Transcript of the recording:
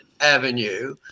avenue